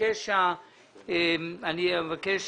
אני מבקש